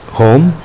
home